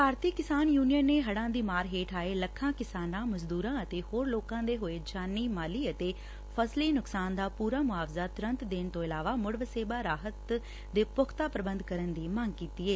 ਭਾਰਤੀ Kisan union ਨੇ ਹੜਾਂ ਦੀ ਮਾਰ ਹੇਠ ਆਏ ਲੱਖਾਂ ਕਿਸਾਨਾਂ ਮਜ਼ਦੂਰਾਂ ਅਤੇ ਹੋਰ ਲੋਕਾਂ ਦੇ ਹੋਏ ਜਾਨੀ ਮਾਲੀ ਅਤੇ ਫਸਲੀ ਨੁਕਸਾਨ ਦਾ ਪੁਰਾ ਮੁਆਵਜ਼ਾ ਤੁਰੰਤ ਦੇਣ ਤੋਂ ਇਲਾਵਾ ਮੁੜ ਵਸੇਬਾ ਰਾਹਤ ਦੇ ਪੁਖਤਾ ਪੁਬੰਧ ਕਰਨ ਦੀ ਮੰਗ ਕੀਤੀ ਏ